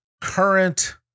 current